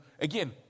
again